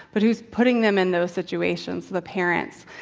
but who's putting them in those situations? the parents.